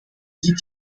dit